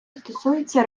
стосується